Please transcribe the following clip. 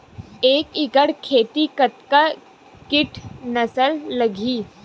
एक एकड़ खेती कतका किट नाशक लगही?